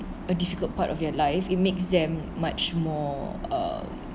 a difficult part of your life it makes them much more um